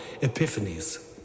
epiphanies